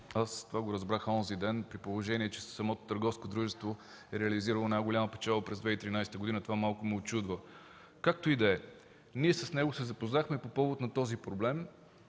Това разбрах онзи ден. При положение че търговското дружество е реализирало най-голяма печалба през 2013 г., това малко ме учудва. Както и да е. Ние с него се запознахме по повод на този проблем.